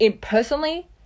personally